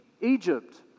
Egypt